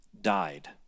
died